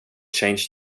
change